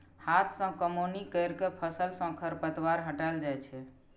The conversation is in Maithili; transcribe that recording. हाथ सं कमौनी कैर के फसल सं खरपतवार हटाएल जाए छै